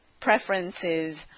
preferences